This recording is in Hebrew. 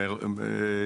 גרמניה,